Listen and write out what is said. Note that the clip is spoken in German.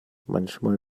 manchmal